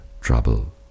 trouble